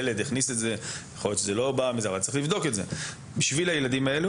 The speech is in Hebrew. אבל צריך לבדוק את זה בשביל הילדים האלה